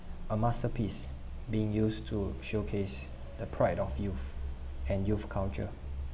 a masterpiece being used to showcase the pride of youth and youth culture